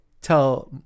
tell